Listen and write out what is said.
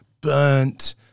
burnt